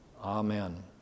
Amen